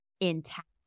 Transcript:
intact